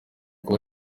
kuba